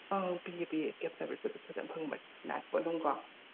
ꯑꯧ ꯄꯤꯌꯦ ꯄꯤꯌꯦ ꯀꯦꯞ ꯁꯔꯕꯤꯁꯇꯁꯨ ꯐꯖꯟꯅ ꯐꯪꯕꯅꯤ ꯅꯥꯏꯠꯐꯧ ꯑꯗꯨꯝꯀꯣ